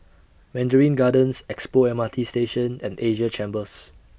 Mandarin Gardens Expo M R T Station and Asia Chambers